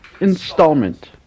installment